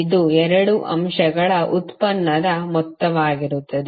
ಇದು 2 ಅಂಶಗಳ ಉತ್ಪನ್ನದ ಮೊತ್ತವಾಗಿರುತ್ತದೆ